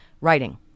writing